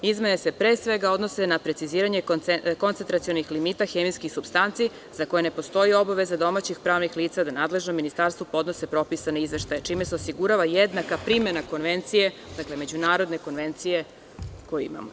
Izmene se pre svega odnose na preciziranje koncentracionih limita hemijskih supstanci za koje ne postoji obaveza domaćih pravnih lica da nadležnom ministarstvu podnose propisane izveštaje, čime se osigurava jednaka primena konvencije, međunarodne konvencije koju imamo.